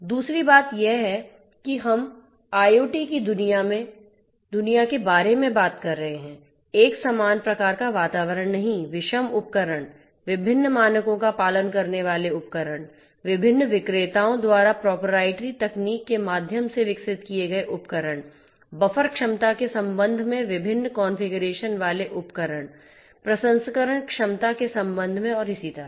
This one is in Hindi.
दूसरी बात यह है कि हम IoT की दुनिया के बारे में बात कर रहे हैं एक समान प्रकार का वातावरण नहीं विषम उपकरण विभिन्न मानकों का पालन करने वाले उपकरण विभिन्न विक्रेताओं द्वारा प्रोपराइटरी तकनीक के माध्यम से विकसित किए गए उपकरण बफर क्षमता के संबंध में विभिन्न कॉन्फ़िगरेशन वाले उपकरण प्रसंस्करण क्षमता के संबंध में और इसी तरह